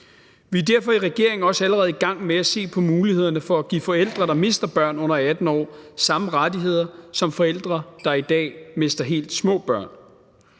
Vi er derfor i regeringen også allerede i gang med at se på mulighederne for at give forældre, der mister børn under 18 år, samme rettigheder som forældre, der i dag mister helt små børn.